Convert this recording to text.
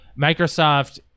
Microsoft